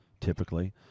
typically